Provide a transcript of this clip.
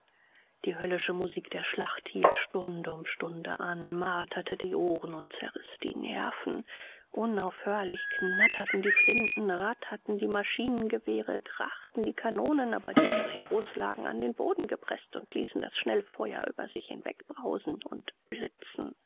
die höllische musik der schlacht hielt stunde um stunde an marterte die ohren und zerriß die nerven unaufhörlich knatterten die flinten ratterten die maschinengewehre krachten die kanonen aber die hereros lagen an den boden gepreßt und ließen das schnellfeuer über sich hinwegbrausen und blitzen